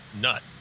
nut